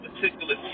particular